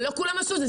ולא כולם עשו את זה,